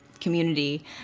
community